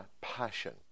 passion